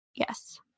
Yes